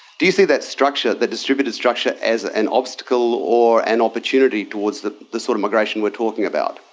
do you see that structure, that distributed structure as an obstacle or an opportunity towards the the sort of migration we are talking about?